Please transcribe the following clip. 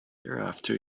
thereafter